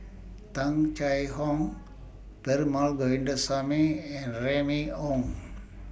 Tung Chye Hong Perumal Govindaswamy and Remy Ong